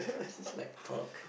is like talk